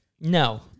No